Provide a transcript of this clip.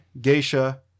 geisha